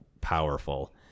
powerful